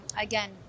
again